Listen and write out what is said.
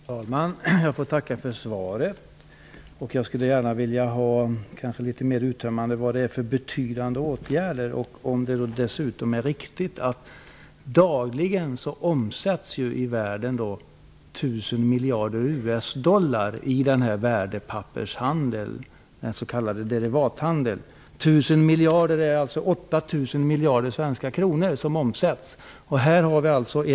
Fru talman! Jag får tacka för svaret. Jag skulle gärna vilja höra litet mer uttömmande vad det är för betydande åtgärder som nämns i svaret och om det dessutom är riktigt att det dagligen omsätts i världen 1 000 miljarder US-dollar i värdepappershandeln, den s.k. derivathandeln. Det är 1 000 miljarder dollar, dvs. 8 000 miljarder svenska kronor, som omsätts.